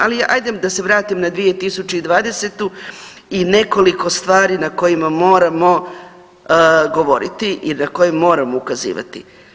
Ali ajde da se vratim na 2020. i nekoliko stvari na kojima moramo govoriti i na koje moramo ukazivati.